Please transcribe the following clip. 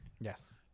Yes